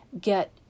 get